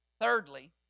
Thirdly